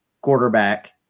quarterback